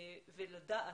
לדעת,